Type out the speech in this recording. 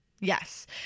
Yes